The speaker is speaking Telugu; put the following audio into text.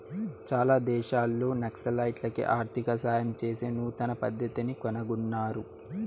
చాలా దేశాల్లో నక్సలైట్లకి ఆర్థిక సాయం చేసే నూతన పద్దతిని కనుగొన్నారు